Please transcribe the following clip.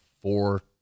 four